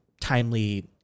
timely